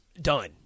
done